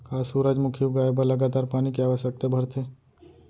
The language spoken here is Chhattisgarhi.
का सूरजमुखी उगाए बर लगातार पानी के आवश्यकता भरथे?